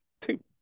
Two